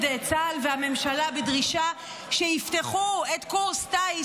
צה"ל והממשלה בדרישה שיפתחו את קורס טיס,